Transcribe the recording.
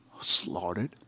slaughtered